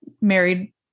married